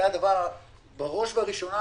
בראש ובראשונה,